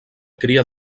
cria